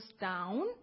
down